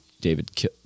David